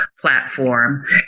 platform